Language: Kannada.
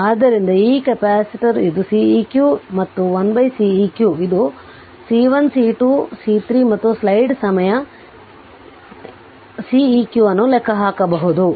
ಆದ್ದರಿಂದ ಈ ಕೆಪಾಸಿಟರ್ ಇದು Ceq ಮತ್ತು 1Ceq ಇದು C1 C2 C3 ಮತ್ತು ಸ್ಲೈಡ್ ಸಮಯ Ceq ಅನ್ನು ಲೆಕ್ಕಹಾಕಬಹುದು